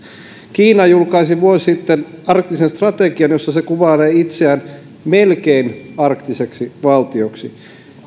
kiina julkaisi vuosi sitten arktisen strategian jossa se kuvailee itseään melkein arktiseksi valtioksi